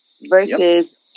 versus